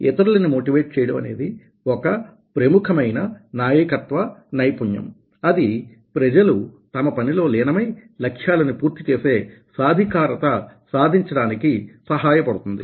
ఇతరులని మోటివేట్ చేయడం అనేది ఒక ప్రముఖమైన నాయకత్వ నైపుణ్యం అది ప్రజలు తమ పని లో లీనమై లక్ష్యాలని పూర్తిచేసే సాధికారత సాధించడానికి సహాయ పడుతుంది